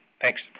Thanks